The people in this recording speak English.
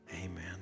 Amen